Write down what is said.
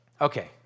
Okay